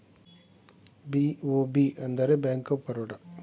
BOB ಅಂದರೆ bank of Baroda